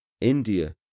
India